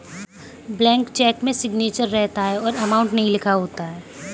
blank cheque में signature रहता है पर अमाउंट नहीं लिखा होता है